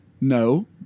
no